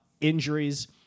injuries